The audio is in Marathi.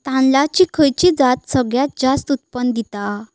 तांदळाची खयची जात सगळयात जास्त उत्पन्न दिता?